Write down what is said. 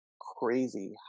crazy